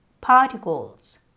Particles